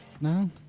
No